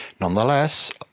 Nonetheless